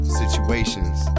situations